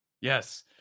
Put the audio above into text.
yes